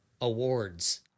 awards